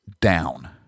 down